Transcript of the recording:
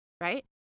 right